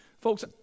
Folks